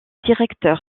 directeur